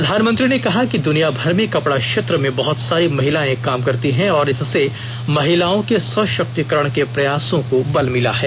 प्रधानमंत्री ने कहा कि द्नियाभर में कपड़ा क्षेत्र में बहुत सारी महिलाए काम करती हैं और इससे महिलाओं के सशक्तीकरण के प्रयासों को बल मिला है